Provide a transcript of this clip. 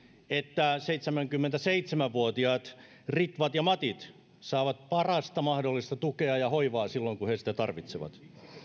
että seitsemänkymmentäseitsemän vuotiaat ritvat ja matit saavat parasta mahdollista tukea ja hoivaa silloin kun he sitä tarvitsevat